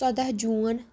ژۄداہ جوٗن